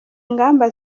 ngamba